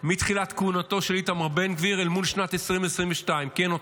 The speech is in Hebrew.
מתחילת כהונתו של איתמר בן גביר אל מול שנת 2022. כן,